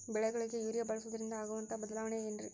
ಬೆಳೆಗಳಿಗೆ ಯೂರಿಯಾ ಬಳಸುವುದರಿಂದ ಆಗುವಂತಹ ಬದಲಾವಣೆ ಏನ್ರಿ?